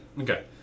Okay